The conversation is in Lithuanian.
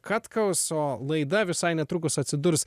katkaus o laida visai netrukus atsidurs